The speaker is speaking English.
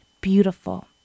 beautiful